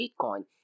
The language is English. Bitcoin